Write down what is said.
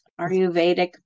ayurvedic